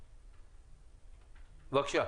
בבקשה,